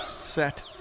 set